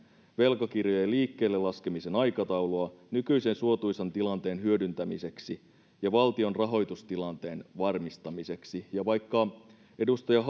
velkakirjojen liikkeellelaskemisen aikataulua nykyisen suotuisan tilanteen hyödyntämiseksi ja valtion rahoitustilanteen varmistamiseksi ja vaikka edustaja